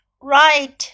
Right